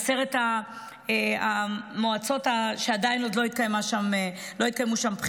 לעשר המועצות שעדיין לא התקיימו בהן בחירות.